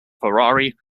ferrari